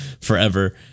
forever